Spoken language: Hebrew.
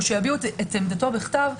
או שיביעו את עמדתם בכתב.